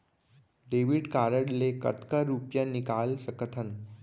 Debit card ले कतका रुपिया निकाल सकथन?